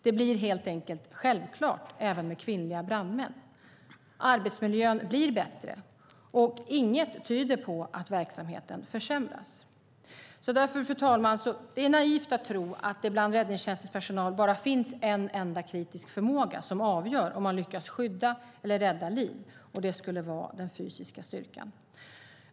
Det blir helt enkelt självklart även med kvinnliga brandmän. Arbetsmiljön blir bättre. Inget tyder på att verksamheten försämras. Fru talman! Det är naivt att tro att det bland räddningstjänstens personal bara finns en enda kritisk förmåga som avgör om man lyckas skydda eller rädda liv. Det skulle vara den fysiska styrkan.